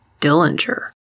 Dillinger